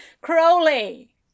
Crowley